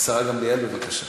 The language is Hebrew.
השרה גמליאל, בבקשה.